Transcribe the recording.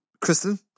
Kristen